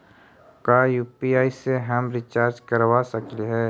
का यु.पी.आई से हम रिचार्ज करवा सकली हे?